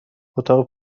اتاق